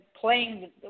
playing